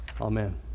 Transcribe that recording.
Amen